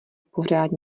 pořád